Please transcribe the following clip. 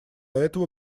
этого